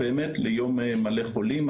באמת ליום מלא חולים.